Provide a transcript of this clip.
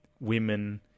women